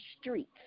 streets